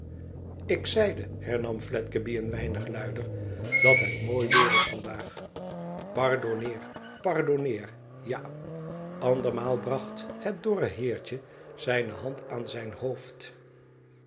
ilk zeide hernam fledgeby een weinig luider dat het mooi weer is vandaag pardonneer pardonneer ja andermaal bracht het dorre heertje zijne hand aan zijn hoofd